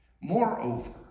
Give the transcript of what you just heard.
Moreover